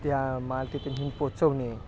त्या माल तिथं नेऊन पोचवणे